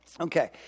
Okay